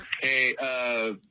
Hey